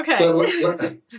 Okay